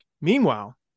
Meanwhile